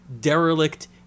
derelict